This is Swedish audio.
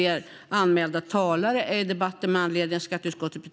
Skatt på avfalls-förbränning